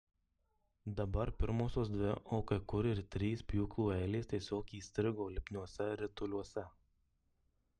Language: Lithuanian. dabar pirmosios dvi o kai kur ir trys pjūklų eilės tiesiog įstrigo lipniuose rituliuose